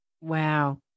Wow